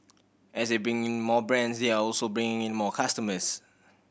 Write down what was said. as they bring in more brands they are also bringing in more customers